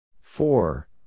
Four